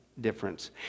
difference